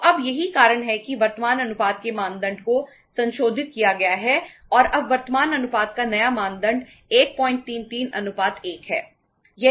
तो अब यही कारण है कि वर्तमान अनुपात के मानदंड को संशोधित किया गया है और अब वर्तमान अनुपात का नया मानदंड 133 1 है